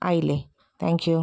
ആയില്ലേ thank U